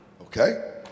Okay